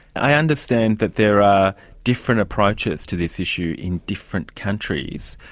i understand that there are different approaches to this issue in different countries.